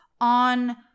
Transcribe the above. on